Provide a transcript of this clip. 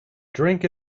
drink